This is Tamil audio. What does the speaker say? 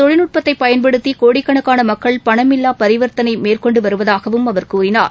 தொழில்நுட்பத்தை பயன்படுத்தி கோடிக்கணக்கான மக்கள் பண்மில்லா பரிவர்த்தனை இந்த மேற்கொண்டுவருவதாகவும் அவர் கூறினார்